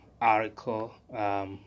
article